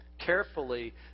carefully